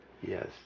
Yes